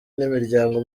n’imiryango